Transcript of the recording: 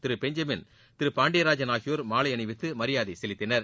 திரு பெஞ்சமின் திரு பாண்டியராஜன் ஆகியோர் மாலை அணிவித்து மரியாதை செலுத்தினர்